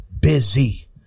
busy